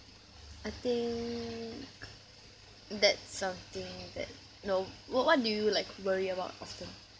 I think that's something that know what what do you like worry about often